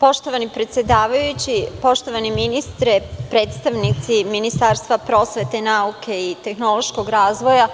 Poštovani predsedavajući, poštovani gospodine ministre, predstavnici Ministarstva prosvete, nauke i tehnološkog razvoja,